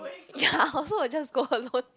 ya I also will just go alone